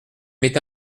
m’est